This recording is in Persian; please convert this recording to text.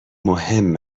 مهم